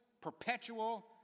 perpetual